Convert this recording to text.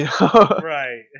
Right